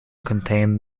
contain